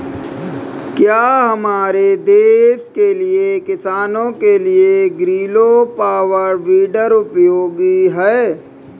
क्या हमारे देश के किसानों के लिए ग्रीलो पावर वीडर उपयोगी है?